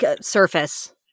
surface